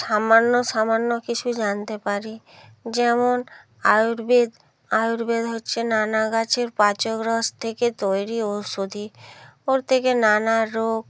সামান্য সামান্য কিছু জানতে পারি যেমন আয়ুর্বেদ আয়ুর্বেদ হচ্ছে নানা গাছের পাচক রস থেকে তৈরি ঔষধি ওর থেকে নানা রোগ